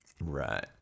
Right